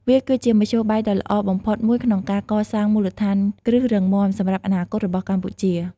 វាគឺជាមធ្យោបាយដ៏ល្អបំផុតមួយក្នុងការ កសាងមូលដ្ឋានគ្រឹះរឹងមាំ សម្រាប់អនាគតរបស់កម្ពុជា។